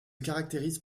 caractérisent